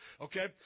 Okay